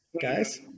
Guys